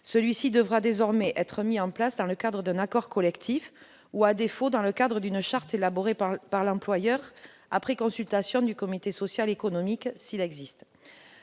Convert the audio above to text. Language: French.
Celui-ci devra désormais être mis en place dans le cadre d'un accord collectif ou, à défaut, d'une charte élaborée par l'employeur après consultation du comité social et économique, s'il existe.